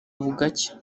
bugacya